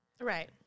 right